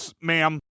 ma'am